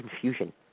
confusion